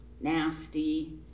nasty